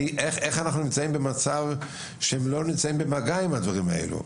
איך אנחנו נמצאים במצב שהם לא נמצאים במגע עם הדברים האלו,